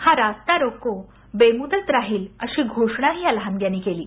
हा रस्ता रोको बेमुदत राहील अशी घोषणाही या लहानग्यांनी केली आहे